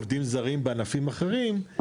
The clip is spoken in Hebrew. לגבי עובדים זרים בענפים אחרים,